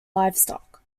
livestock